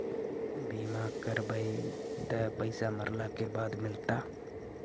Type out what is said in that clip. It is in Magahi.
बिमा करैबैय त पैसा मरला के बाद मिलता?